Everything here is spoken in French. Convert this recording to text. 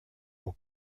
aux